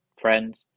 friends